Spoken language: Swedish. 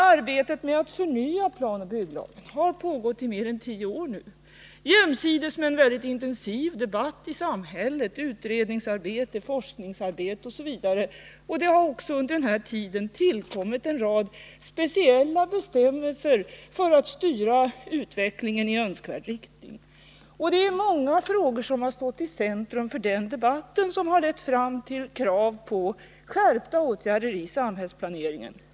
Arbetet med att förnya planen har pågått i mer än tio år nu, jämsides med en intensiv debatt i samhället samt utredningsarbete, forskningsarbete osv. Under tiden har det också tillkommit en rad speciella bestämmelser för att styra utvecklingen i önskad riktning. Många frågor har stått i centrum för den debatten, vilka har lett fram till krav på skärpta åtgärder i samhällsplaneringen.